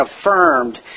affirmed